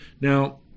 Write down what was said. Now